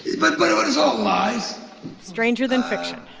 but but it was all lies stranger than fiction.